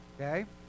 Okay